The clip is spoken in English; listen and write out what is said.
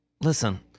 listen